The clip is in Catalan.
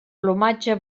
plomatge